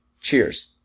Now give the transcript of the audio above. Cheers